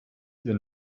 ihr